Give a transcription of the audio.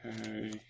Okay